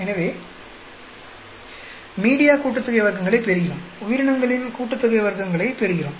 எனவே மீடியா கூட்டுத்தொகை வர்க்கங்களைப் பெறுகிறோம் உயிரினங்களின் கூட்டுத்தொகை வர்க்கங்களைப் பெறுகிறோம்